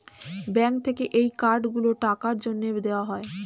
bank থেকে এই card গুলো টাকার জন্যে দেওয়া হয়